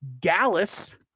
Gallus